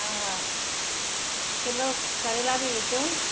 हा हा किलो करेला बि विझो